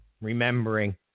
Remembering